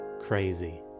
crazy